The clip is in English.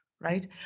right